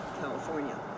California